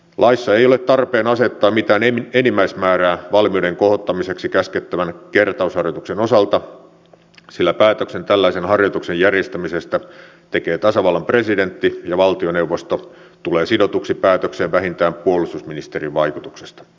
laissa ei ole tarpeen asettaa mitään enimmäismäärää valmiuden kohottamiseksi käskettävän kertausharjoituksen osalta sillä päätöksen tällaisen harjoituksen järjestämisestä tekee tasavallan presidentti ja valtioneuvosto tulee sidotuksi päätökseen vähintään puolustusministerin vaikutuksesta